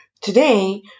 Today